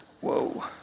Whoa